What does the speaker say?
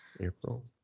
April